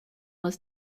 was